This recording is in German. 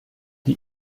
die